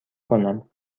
کنم